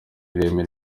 ireme